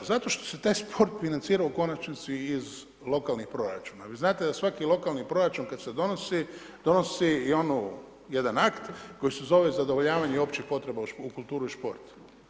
Zato što se taj sport financira u konačnici iz lokalnih proračuna, vi znate da svaki lokalni proračun kad se donosi, donosi i onu, jedan akt koji se zove zadovoljavanje općih potreba u kulturu i šport.